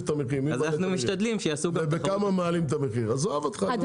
את המחירים ובכמה מעלים את המחיר --- אדוני,